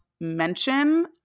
mention